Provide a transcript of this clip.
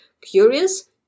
Curious